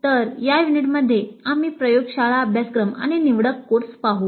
तर या युनिटमध्ये आम्ही प्रयोगशाळा अभ्यासक्रम आणि निवडक कोर्स पाहू